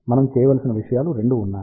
మనం చేయవలసిన విషయాలు 2 ఉన్నాయి